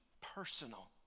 personal